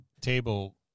table